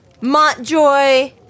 Montjoy